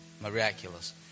miraculous